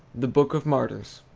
the book of martyrs.